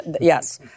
Yes